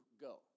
go